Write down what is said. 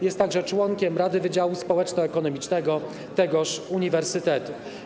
Jest także członkiem Rady Wydziału Społeczno-Ekonomicznego tegoż uniwersytetu.